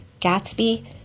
Gatsby